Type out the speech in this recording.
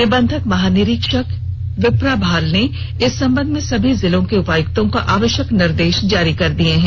निबंधक महानिरीक्षक विश्ना भाल ने इस संबंध में सभी जिलों के उपायुक्तों को आवश्यक निर्देश जारी कर दिए हैं